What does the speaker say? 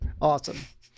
Awesome